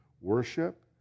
worship